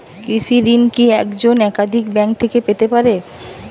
কৃষিঋণ কি একজন একাধিক ব্যাঙ্ক থেকে পেতে পারে?